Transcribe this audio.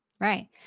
Right